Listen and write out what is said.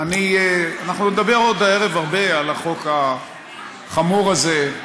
אנחנו נדבר עוד הערב הרבה על החוק החמור הזה,